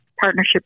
partnership